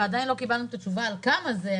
ועדיין לא קיבלנו את התשובה על כמה זה,